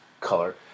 color